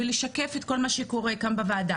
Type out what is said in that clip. וגם לשקף את כל מה שקורה פה בוועדה.